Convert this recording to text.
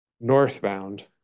northbound